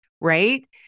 Right